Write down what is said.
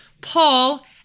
Paul